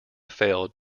failed